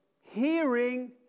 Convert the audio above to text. hearing